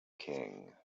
king